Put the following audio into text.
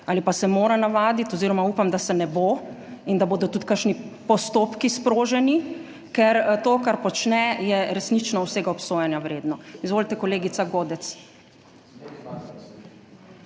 ali pa se mora navaditi oziroma upam, da se ne bo, in da bodo tudi kakšni postopki sproženi, ker to, kar počne, je resnično vsega obsojanja vredno. Izvolite, kolegica Godec.